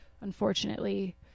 unfortunately